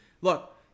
Look